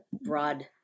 broad